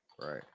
right